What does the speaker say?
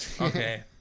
Okay